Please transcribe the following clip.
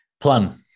Plum